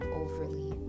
overly